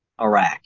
Iraq